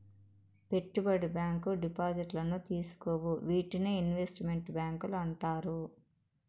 పెట్టుబడి బ్యాంకు డిపాజిట్లను తీసుకోవు వీటినే ఇన్వెస్ట్ మెంట్ బ్యాంకులు అంటారు